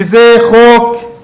שזה חוק,